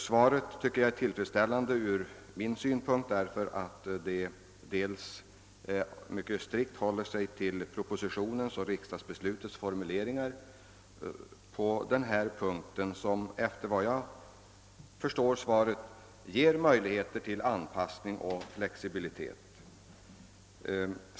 Interpellationssvaret är tillfredsställande från min synpunkt, eftersom det mycket strikt håller sig till propositionens och riksdagsbeslutets formuleringar på den här punkten, vilka efter vad jag förstår ger möjligheter till anpassning och flexibilitet.